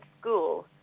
school